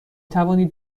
توانید